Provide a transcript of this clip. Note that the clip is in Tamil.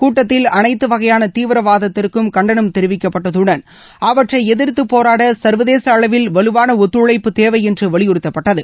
கூட்டத்தில் அனைத்து வகையான தீவிரவாதத்திற்கும் கண்டனம் தெரிவிக்கப்பட்டதுடன் அவற்றை எதிர்த்து போராட சர்வதேச அளவில் வலுவான ஒத்துழைப்பு தேவை என்று வலியுறுத்தப்பட்டது